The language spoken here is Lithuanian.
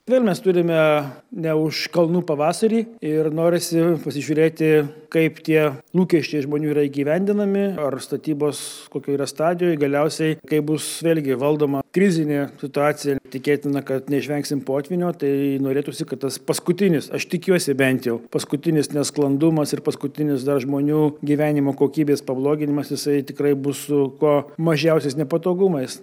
vėl mes turime ne už kalnų pavasarį ir norisi pasižiūrėti kaip tie lūkesčiai žmonių yra įgyvendinami ar statybos kokioj yra stadijoj galiausiai kaip bus vėlgi valdoma krizinė situacija tikėtina kad neišvengsim potvynio tai norėtųsi kad tas paskutinis aš tikiuosi bent jau paskutinis nesklandumas ir paskutinis dar žmonių gyvenimo kokybės pabloginimas jisai tikrai bus su kuo mažiausiais nepatogumais